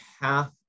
half